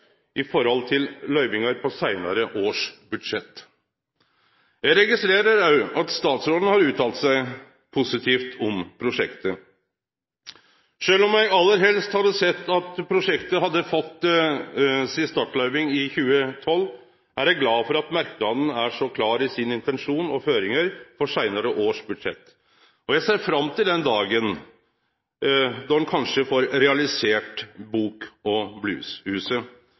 i forhold til løyvingar på seinare års budsjett. Eg registrerer òg at statsråden har uttalt seg positivt om prosjektet. Sjølv om eg aller helst hadde sett at prosjektet hadde fått si startløyving i 2012, er eg glad for at merknaden er så klar i sin intensjon og sine føringar for seinare års budsjett. Eg ser fram til den dagen da ein kanskje får realisert Bok- og